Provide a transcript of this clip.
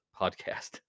podcast